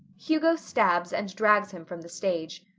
hugo stabs and drags him from the stage.